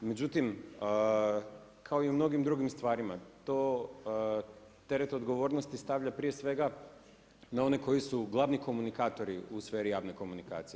Međutim, kao i u mnogim drugim stvarima to teret odgovornosti stavlja prije svega na one koji su glavni komunikatori u sferi javne komunikacije.